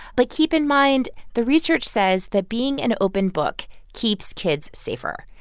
but keep in mind, the research says that being an open book keeps kids safer.